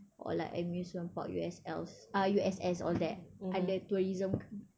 or like amusement park U_S_L ah U_S_S all that ada tourism